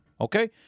okay